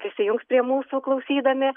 prisijungs prie mūsų klausydami